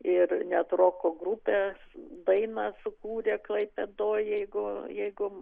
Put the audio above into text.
ir net roko grupės dainą sukūrė klaipėdoj jeigu jeigu